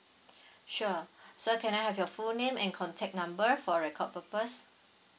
sure sir can I have your full name and contact number for record purpose